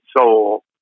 soul